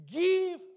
give